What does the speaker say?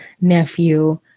nephew